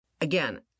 Again